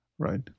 right